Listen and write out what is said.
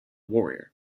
warrior